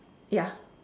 ya